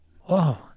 Whoa